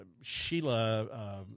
Sheila